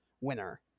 winner